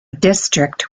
district